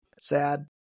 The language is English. Sad